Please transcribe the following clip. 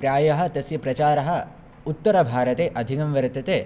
प्रायः तस्य प्रचारः उत्तरभारते अधिकं वर्तते